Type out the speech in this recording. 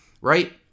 Right